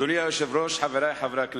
אדוני היושב-ראש, חברי חברי הכנסת,